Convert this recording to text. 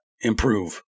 improve